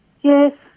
Yes